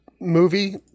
movie